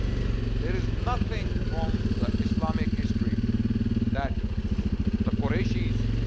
there is nothing from the islamic history that the qureshi's,